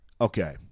Okay